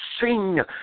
sing